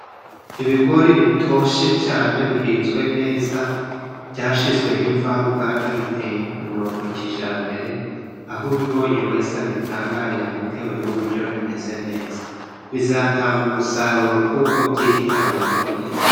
Ibigori bitoshye cyane bihinzwe neza byashyizweho imvaruganda, biteye ku murongo kijyambere aho ubibonye wesa abitangarira bitewe n'uburyo bimeze neza ,bizatanga umusaruro kuko byitaweho neza.